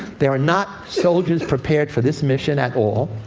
they are not soldiers prepared for this mission at all.